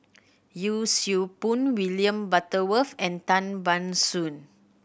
Yee Siew Pun William Butterworth and Tan Ban Soon